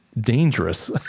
dangerous